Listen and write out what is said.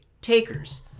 takers